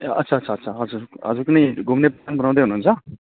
ए अच्छा अच्छा अच्छा हजुर हजुर कुनै घुम्ने प्लान बनाउदै हुनु हुन्छ